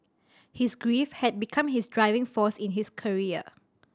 his grief had become his driving force in his career